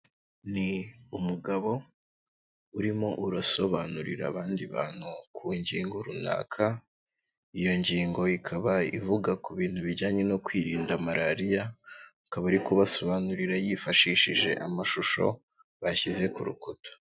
Ni umugabo urimo urasobanurira abandi bantu ku ngingo runaka, iyo ngingo ikaba ivuga ku bintu bijyanye no kwirinda malariya, akaba ari kubasobanurira yifashishije amashusho bashyize ku rukuta.